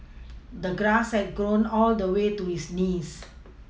the grass had grown all the way to his knees